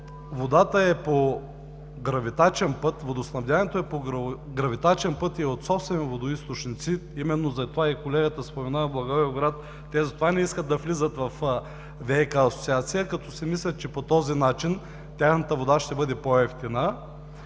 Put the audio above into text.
водата е по гравитачен път, водоснабдяването е по гравитачен път и е от собствени водоизточници, именно и затова колегата споменава Благоевград, те затова не искат да влизат във ВиК асоциация, като си мислят, че по този начин тяхната вода ще бъде по-евтина.